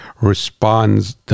responds